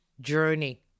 journey